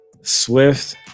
Swift